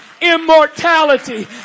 immortality